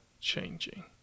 changing